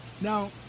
Now